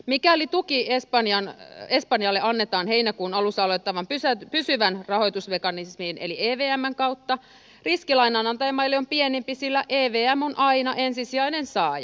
mikäli tuki espanjalle annetaan heinäkuun alussa aloittavan pysyvän rahoitusmekanismin eli evmn kautta riski lainanantajamaille on pienempi sillä evm on aina ensisijainen saaja